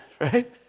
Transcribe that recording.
right